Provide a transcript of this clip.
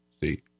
See